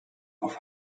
auf